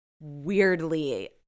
weirdly